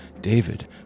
David